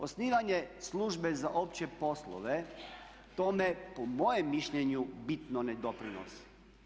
Osnivanje službe za opće poslove tome po mojem mišljenju bitno ne doprinosi.